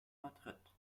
madrid